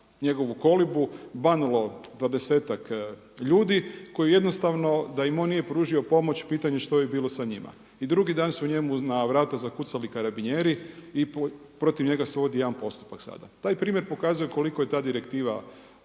njegovu kolibu banulo dvadesetak ljudi, koji jednostavno da im on nije pružio pomoć, pitanje što bi bilo sa njima i drugi dan su njemu na vrata zakucali karabinjeri, i protiv njega se vodi jedna postupak sada. Taj primjer pokazuje koliko je ta direktiva pogrešna,